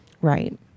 Right